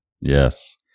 Yes